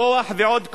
כוח ועוד כוח,